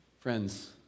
Friends